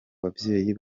babyeyi